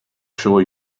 sure